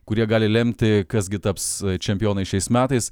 kurie gali lemti kas gi taps čempionais šiais metais